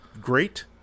Great